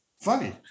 funny